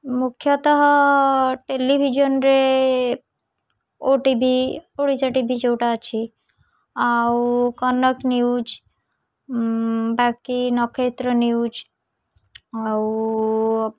ମୁଖ୍ୟତଃ ଟେଲିଭିଜନରେ O T V Odisha T V ଯେଉଁଟା ଅଛି ଆଉ କନକ ନ୍ୟୁଜ୍ ବାକି ନକ୍ଷେତ୍ର ନ୍ୟୁଜ୍ ଆଉ